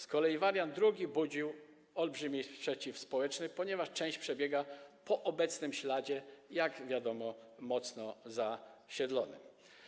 Z kolei wariant drugi budził olbrzymi sprzeciw społeczny, ponieważ część przebiega po obecnym śladzie, jak wiadomo, mocno zasiedlonym.